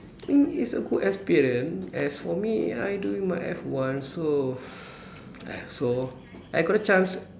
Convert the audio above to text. think it's a good experience as for me I doing my F one so uh so I got a chance